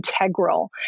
integral